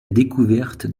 découverte